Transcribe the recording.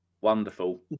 wonderful